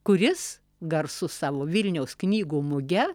kuris garsus savo vilniaus knygų muge